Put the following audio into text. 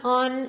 on